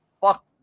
fuck